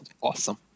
awesome